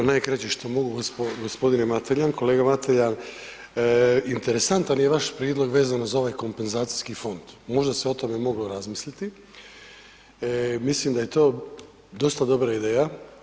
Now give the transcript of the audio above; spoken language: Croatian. U najkraće što mogu g. Mateljan, kolega Mateljan, interesantan je vaš prijedlog vezan uz ovaj kompenzacijski fond, možda se o tome moglo razmisliti, mislim da je to dosta dobra ideja.